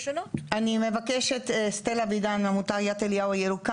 אני מבקשת, סטלה אבידן, מעמותת יד אליהו ירוקה.